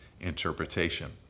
interpretation